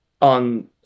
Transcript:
on